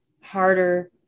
harder